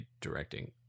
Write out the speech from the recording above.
directing